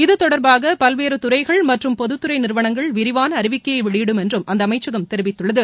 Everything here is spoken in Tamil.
இத்தொடர்பாக பல்வேறு துறைகள் மற்றும் பொதுத்துறை நிறுவனங்கள் விரிவான அறிவிக்கையை வெளியிடும் என்றும் அந்த அமைச்சகம் தெரிவித்துள்ளது